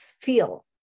feel